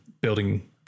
building